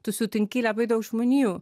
tu sutinki labai daug žmonių